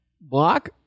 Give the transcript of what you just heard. Block